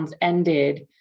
ended